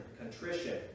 contrition